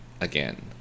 again